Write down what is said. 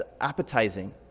appetizing